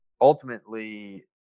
ultimately